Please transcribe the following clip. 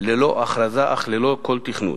ללא הכרזה אך ללא כל תכנון.